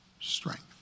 strength